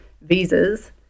visas